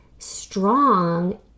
strong